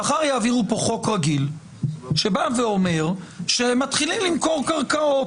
מחר יעבירו פה חוק רגיל שאומר שמתחילים למכור קרקעות,